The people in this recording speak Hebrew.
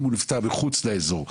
אם הוא נפטר מחוץ לאזור,